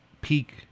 peak